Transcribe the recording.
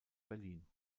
berlin